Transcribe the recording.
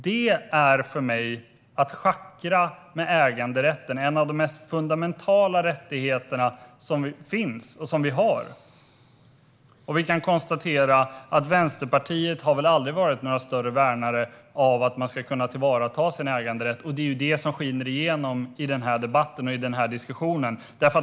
Detta är för mig att schackra med äganderätten, en av de mest fundamentala rättigheter som finns. Vänsterpartiet har väl aldrig varit några större värnare av att man ska kunna tillvarata sin äganderätt, och det skiner igenom i den här diskussionen.